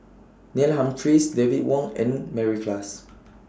Neil Humphreys David Wong and Mary Klass